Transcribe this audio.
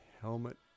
helmet